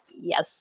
yes